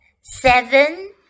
seven